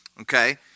okay